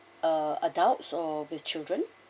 uh adults or with children